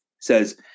says